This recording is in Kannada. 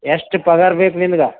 ಎಷ್ಟು ಪಗಾರ ಬೇಕು ನಿನ್ಗೆ